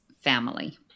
family